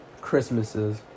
Christmases